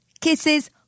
Kisses